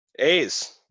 A's